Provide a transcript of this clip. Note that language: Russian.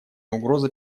угроза